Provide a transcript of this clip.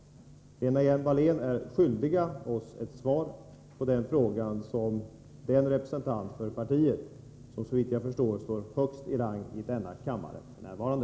Lena Hjelm-Wallén är skyldig oss ett svar på den frågan såsom varande den representant för partiet som, såvitt jag förstår, står högst i rang i denna kammare f.n.